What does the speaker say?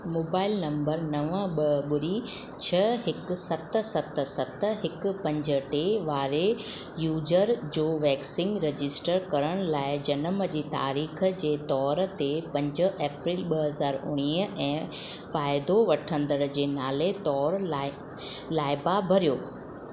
mobile number नव ॿ ॿुड़ी छह हिकु सत सत सत हिकु पंज टे वारे यूज़र जो वैक्सीन रजिस्टर करण लाइ जनम जी तारीख़ जे तोर ते पंज अप्रेल ॿ हज़ार उणिवीह ऐं फ़ाइदो वठंदड़ जे नाले तोर लाइबा भरियो